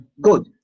Good